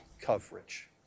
coverage